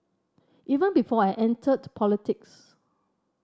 even before I entered politics